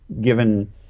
given